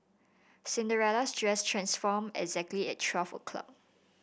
Cinderella's dress transformed exactly at twelve o' clock